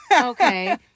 Okay